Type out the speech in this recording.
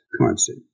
currency